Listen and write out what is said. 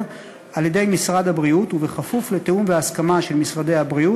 על-ידי משרד הבריאות ובכפוף לתיאום והסכמה של משרדי הבריאות,